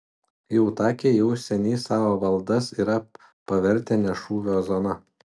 jautakiai jau seniai savo valdas yra pavertę ne šūvio zona